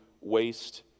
waste